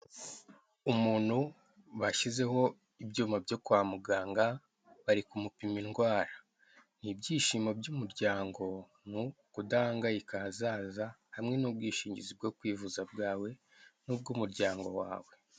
Umuntu bashyizeho ibyuma byo kwa muganga bari kumupima indwara. Ni ibyishimo by'umuryango, ni ukudahangayikira ahazaza, hamwe n'ubwishingizi bwo kwivuza bwawe n'ubw'umuryango wawe.